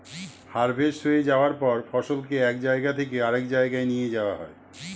harvest হয়ে যাওয়ার পর ফসলকে এক জায়গা থেকে আরেক জায়গায় নিয়ে যাওয়া হয়